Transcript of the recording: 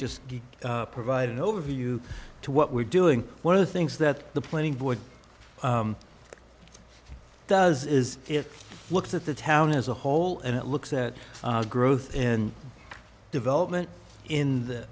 just provide an overview to what we're doing one of the things that the planning board does is it looks at the town as a whole and it looks at growth and development in th